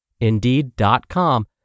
Indeed.com